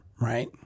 right